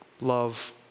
love